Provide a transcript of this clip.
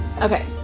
Okay